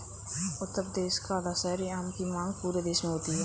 उत्तर प्रदेश का दशहरी आम की मांग पूरे देश में होती है